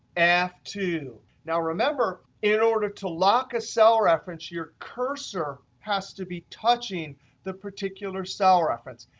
f two. now remember, in order to lock a cell reference, your cursor has to be touching the particular cell reference.